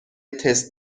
تست